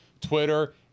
Twitter